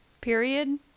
Period